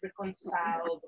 reconciled